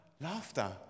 laughter